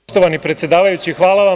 Poštovani predsedavajući, hvala vam.